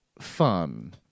fun